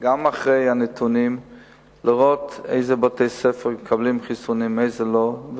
אחרי הנתונים ולראות איזה בתי-ספר מקבלים חיסונים ואיזה לא,